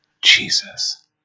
Jesus